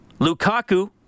Lukaku